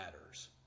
matters